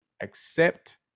accept